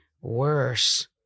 worse